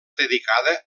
dedicada